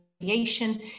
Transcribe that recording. radiation